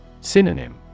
Synonym